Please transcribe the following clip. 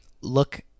look